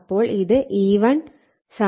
അപ്പോൾ ഇത് E1 N1 d∅dt